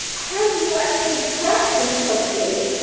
how do you actually track these companies?